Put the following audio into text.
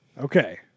okay